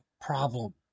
problem